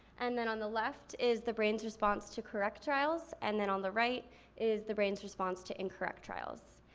and then on the left is the brain's response to correct trials and then on the right is the brain's response to incorrect trials.